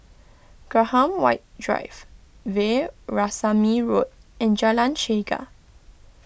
Graham White Drive Veerasamy Road and Jalan Chegar